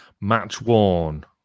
Match-worn